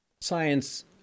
science